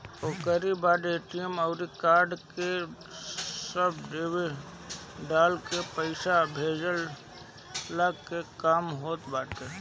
ओकरी बाद ए.टी.एम अउरी कार्ड के सब डिटेल्स डालके पईसा भेजला के काम होत बाटे